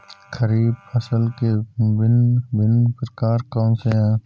खरीब फसल के भिन भिन प्रकार कौन से हैं?